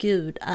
Gud